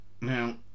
Now